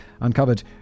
uncovered